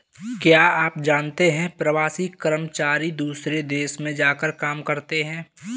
क्या आप जानते है प्रवासी कर्मचारी दूसरे देश में जाकर काम करते है?